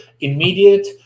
immediate